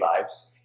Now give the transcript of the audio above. lives